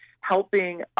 helping